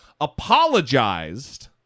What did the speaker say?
apologized